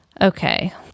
Okay